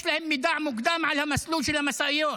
יש מידע מוקדם על המסלול של המשאיות,